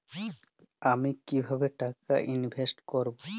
আমি কিভাবে টাকা ইনভেস্ট করব?